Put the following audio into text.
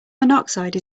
monoxide